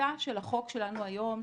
התפיסה של החוק שלנו היום,